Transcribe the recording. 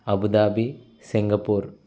Abu Dhabi Singapore